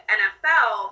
nfl